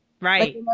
Right